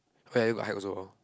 where got hide also lor